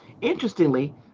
Interestingly